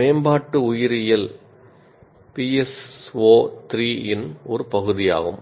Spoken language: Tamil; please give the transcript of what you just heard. மேம்பாட்டு உயிரியல் PSO3 இன் ஒரு பகுதியாகும்